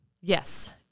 Yes